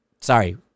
Sorry